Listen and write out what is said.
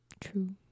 true